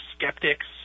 skeptics